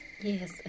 Yes